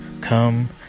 come